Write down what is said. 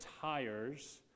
tires